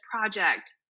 project